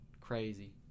crazy